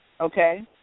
okay